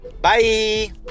Bye